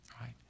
right